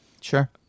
Sure